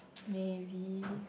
maybe